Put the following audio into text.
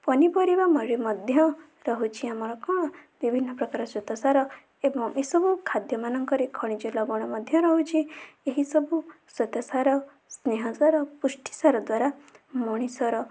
ପନିପରିବା ଭଳି ମଧ୍ୟ ରହୁଛି ଆମର କ'ଣ ବିଭିନ୍ନ ପ୍ରକାର ଶ୍ଵେତସାର ଏବଂ ଏସବୁ ଖାଦ୍ୟମାନଙ୍କରେ ଖଣିଜ ଲବଣ ମଧ୍ୟ ରହୁଛି ଏହିସବୁ ଶ୍ଵେତସାର ସ୍ନେହସାର ପୁଷ୍ଟିସାର ଦ୍ଵାରା ମଣିଷର